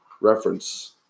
reference